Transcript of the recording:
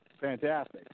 fantastic